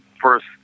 first